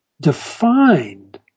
defined